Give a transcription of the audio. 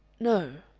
no.